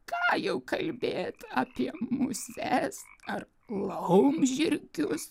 ką jau kalbėt apie muses ar laumžirgius